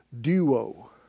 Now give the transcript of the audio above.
duo